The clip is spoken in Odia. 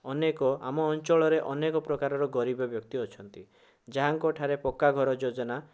ଅନେକ ଆମ ଅଞ୍ଚଳରେ ଅନେକପ୍ରକାରର ଗରିବ ବ୍ୟକ୍ତି ଅଛନ୍ତି ଯାହାଙ୍କଠାରେ ପକ୍କାଘର ଯୋଜନା